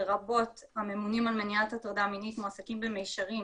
לרבות הממונים על מניעת הטרדה מינית מועסקים במישרין